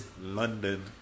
London